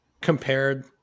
compared –